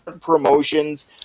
promotions